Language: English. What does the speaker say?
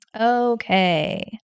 Okay